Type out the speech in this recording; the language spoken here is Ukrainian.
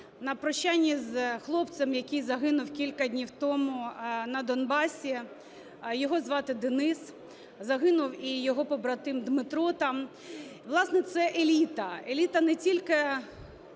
На прощанні з хлопцем, який загинув кілька днів тому на Донбасі. Його звати Денис. Загинув і його побратим Дмитро там. Власне, це еліта. Еліта не тільки